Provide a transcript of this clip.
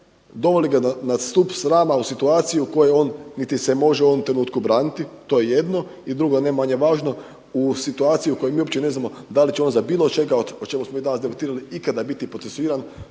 doveli ga na stup srama, u situaciju u kojoj se niti može u ovom trenutku braniti to je jedno. I drugo, ne manje važno u situaciju u kojoj mi uopće ne znamo da li će on za bilo od čega o čemu smo mi danas debatirali ikada biti procesuiran